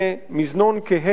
מזנון כהה,